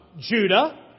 Judah